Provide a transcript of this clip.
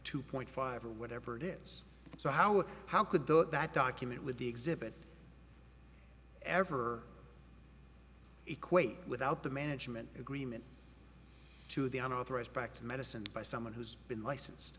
two point five or whatever it is so how would how could that that document with the exhibit ever equate without the management agreement to the an authorized back to medicine by someone who's been licensed